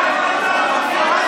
בושה.